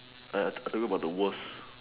I tell you about the worse